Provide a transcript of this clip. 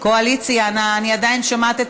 קואליציה, אני עדיין שומעת אתכם.